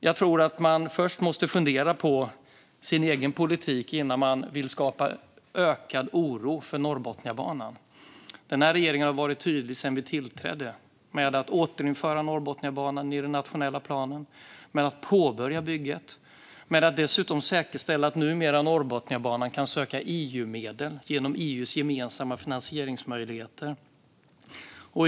Jag tror att man först måste fundera på sin egen politik innan man vill skapa ökad oro för Norrbotniabanan. Regeringen har sedan den tillträdde varit tydlig med att återföra Norrbotniabanan i den nationella planen, påbörja bygget och säkerställa att man för Norrbotniabanans räkning numera kan söka EU-medel genom EU:s gemensamma finansieringsmöjligheter.